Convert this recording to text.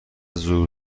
زور